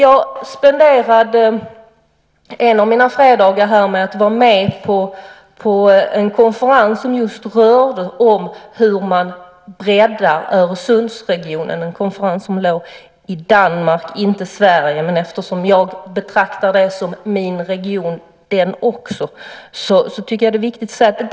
Jag spenderade en av mina fredagar med att vara med på en konferens som rörde att bredda Öresundsregionen. Det var en konferens som genomfördes i Danmark, inte Sverige, men eftersom jag betraktar den regionen som min tyckte jag att det var viktigt att vara där.